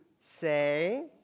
say